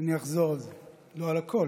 אני אחזור על זה, לא על הכול.